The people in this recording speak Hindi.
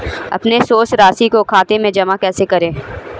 अपने शेष राशि को खाते में जमा कैसे करें?